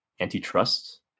antitrust